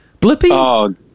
Blippi